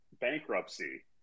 bankruptcy